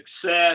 success